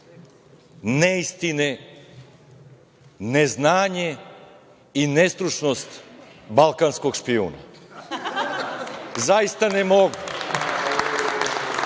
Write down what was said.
neistine, neznanje i nestručnost „balkanskog špijuna“. Zaista ne mogu.